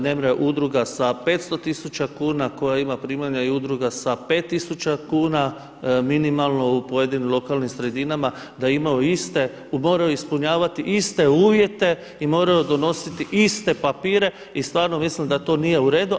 Nemre udruga sa 500 tisuća kuna koja ima primanja i udruga sa 5 tisuća kuna minimalno u pojedinim lokalnim sredinama da imaju iste i moraju ispunjavati iste uvjete i moraju donositi iste papire i stvarno mislim da to nije uredu.